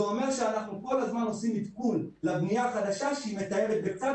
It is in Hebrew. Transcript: זה אומר שאנחנו כל הזמן עושים עדכון לבנייה החדשה שהיא מטייבת בקצת.